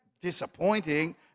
disappointing